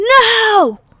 no